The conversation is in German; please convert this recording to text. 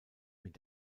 mit